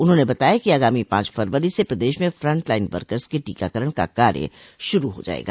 उन्होंने बताया कि आगामी पांच फरवरी से प्रदेश में फ्रंट लाइन वकर्स के टीकाकरण का कार्य शूरू हो जायेगा